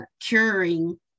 curing